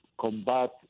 combat